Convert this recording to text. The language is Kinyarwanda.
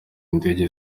indege